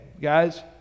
guys